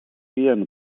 piano